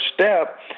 step